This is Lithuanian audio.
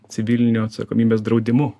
civilinio atsakomybės draudimu